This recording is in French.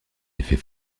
effet